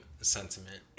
sentiment